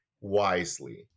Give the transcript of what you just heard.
wisely